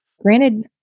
Granted